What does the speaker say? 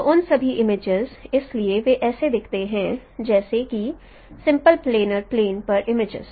तो उन सभी इमेजेस इसलिए वे ऐसे दिखते हैं जैसे कि सिम्पल प्लेनर प्लेन पर इमेजेस